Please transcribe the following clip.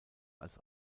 als